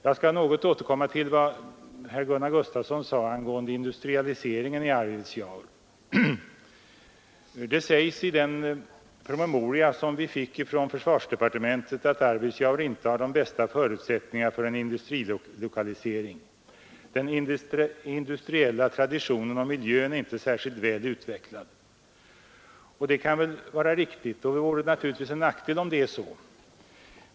Jag skall så återkomma till vad herr Gustafsson sade angående industrialiseringen i Arvidsjaur. I den promemoria som vi fick från försvarsdepartementet anförs att Arvidsjaur inte har de bästa förutsättningarna för en industrilokalisering. Den industriella traditionen och miljön är inte särskilt väl utvecklad. Det kan väl vara riktigt, och det är naturligtvis en nackdel om så är fallet.